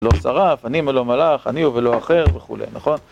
לא שרף, אני ולא מלאך, אני הוא ולא אחר וכולי, נכון?